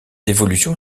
évolution